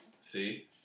See